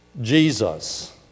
Jesus